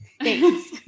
Thanks